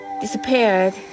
disappeared